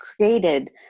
created